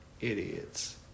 idiots